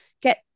get